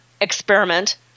experiment